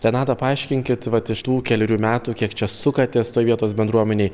renata paaiškinkit vat iš tų kelerių metų kiek čia sukatės toj vietos bendruomenėj